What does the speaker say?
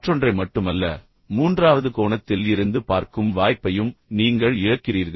மற்றொன்றை மட்டுமல்ல மூன்றாவது கோணத்தில் இருந்து பார்க்கும் வாய்ப்பையும் நீங்கள் இழக்கிறீர்கள்